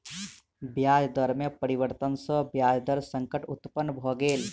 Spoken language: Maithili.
ब्याज दर में परिवर्तन सॅ ब्याज दर संकट उत्पन्न भ गेल